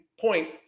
point